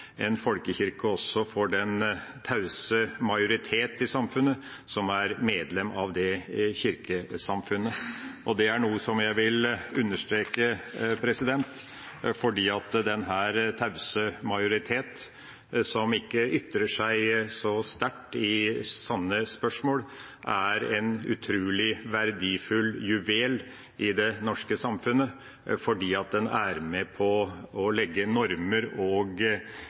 en åpen folkekirke, en folkekirke også for den tause majoritet i samfunnet, som er medlem av det kirkesamfunnet. Det er noe jeg vil understreke, fordi denne tause majoritet, som ikke ytrer seg så sterkt i sånne spørsmål, er en utrolig verdifull juvel i det norske samfunnet. Den er med på å legge normer og